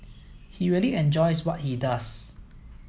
he really enjoys what he does